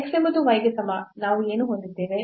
x ಎಂಬುದು y ಗೆ ಸಮ ನಾವು ಏನು ಹೊಂದಿದ್ದೇವೆ